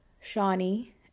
Shawnee